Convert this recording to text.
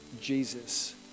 Jesus